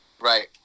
Right